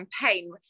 campaign